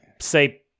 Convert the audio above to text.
say